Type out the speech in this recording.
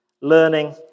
learning